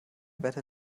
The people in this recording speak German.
wetter